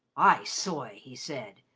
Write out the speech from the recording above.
i soy! he said,